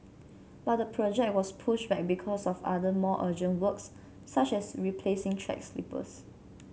but the project was pushed back because of other more urgent works such as replacing track sleepers